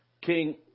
king